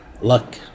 luck